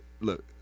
look